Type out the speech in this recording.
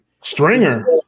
Stringer